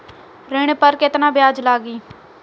ऋण पर केतना ब्याज लगी?